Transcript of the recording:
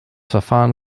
verfahren